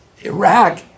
Iraq